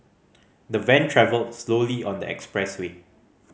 the van travelled slowly on the expressway